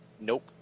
Nope